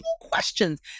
questions